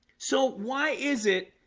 so why is it?